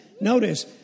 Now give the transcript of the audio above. Notice